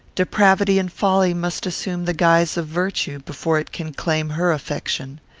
depravity and folly must assume the guise of virtue before it can claim her affection.